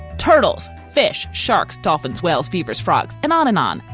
turtles, fish, sharks, dolphins, whales, beavers, frogs and on and on.